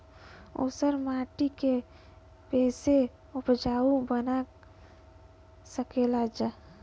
ऊसर माटी के फैसे उपजाऊ बना सकेला जा?